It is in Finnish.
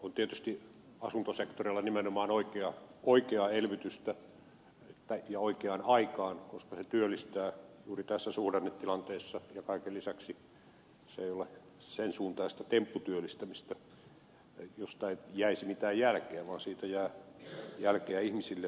on tietysti asuntosektorilla nimenomaan oikeaa elvytystä ja oikeaan aikaan koska se työllistää juuri tässä suhdannetilanteessa ja kaiken lisäksi se ei ole sen suuntaista tempputyöllistämistä josta ei jäisi mitään jälkeä vaan siitä jää jälkeä ihmisille asunnoiksi